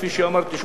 כפי שאמרתי,